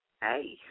hey